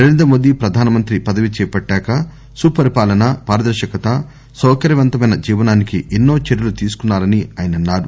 నరేంద్రమోదీ ప్రధానమంత్రి పదవీ చేపట్టాక సుపరి పాలన పారదర్శకత సౌకర్యవంతమైన జీవనానికి ఎన్నో చర్యలు తీసుకున్నారని ఆయన అన్నారు